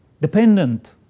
dependent